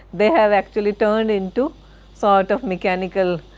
they have actually turned into sort of mechanical